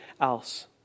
else